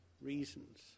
reasons